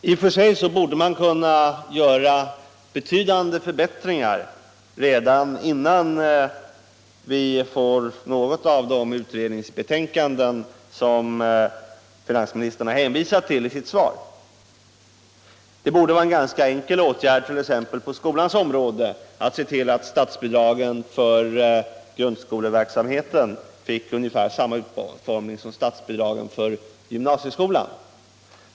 | I och för sig borde man kunna göra betydande förbättringar redan | innan vi får något av de utredningsbetänkanden som finansministern hänvisat till i sitt svar. Det borde vara en ganska enkel åtgärd t.ex. på skolans område att se till att statsbidragen till grundskoleverksamheten fick ungefär samma utformning som statsbidragen till gymnasieskolan.